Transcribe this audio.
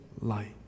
light